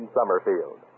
Summerfield